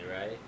right